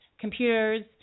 computers